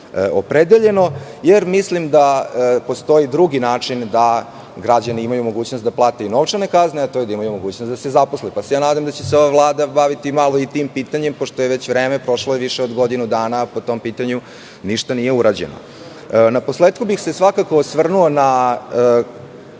opredeljeno. Mislim da postoji drugi način da građani imaju mogućnost da plate novčane kazne, a to je da imaju mogućnost da se zaposle. Nadam se da će se ova Vlada baviti malo i tim pitanjem, pošto je već vreme. Prošlo je više od godinu dana, a po tom pitanju ništa nije urađeno. Na posletku bih se svakako osvrnuo na